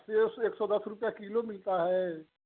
सेब तो एक सौ दस रुपया किलो मिलता है